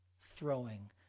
throwing